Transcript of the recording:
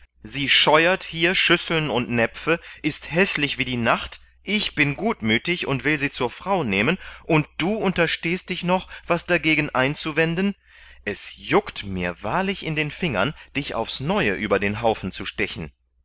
sie scheuert hier schüsseln und näpfe ist häßlich wie die nacht ich bin gutmüthig und will sie zur frau nehmen und du unterstehst dich noch was dagegen einzuwenden es juckt mir wahrlich in den fingern dich aufs neue über den haufen zu stechen